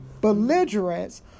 belligerents